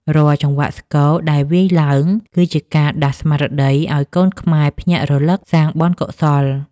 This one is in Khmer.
រាល់ចង្វាក់ស្គរដែលវាយឡើង គឺជាការដាស់ស្មារតីឱ្យកូនខ្មែរភ្ញាក់រលឹកសាងបុណ្យកុសល។